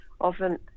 often